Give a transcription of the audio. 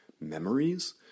memories